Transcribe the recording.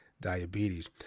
diabetes